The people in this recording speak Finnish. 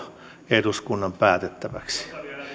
eduskunnan päätettäväksi